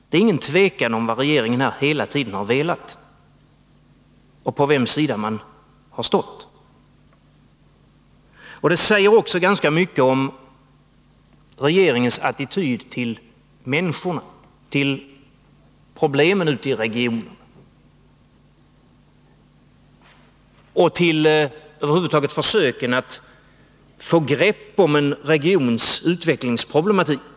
Det råder inget tvivel om vad regeringen hela tiden har velat eller om på vems sida man stått. Det säger också ganska mycket om regeringens attityd till människorna, till problemen ute i regionen och över huvud taget till försöken att få grepp om regionens utvecklingsproblematik.